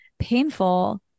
painful